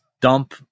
dump